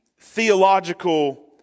theological